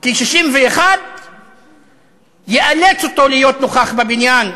כי 61 יאלץ אותו להיות נוכח בבניין,